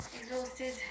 Exhausted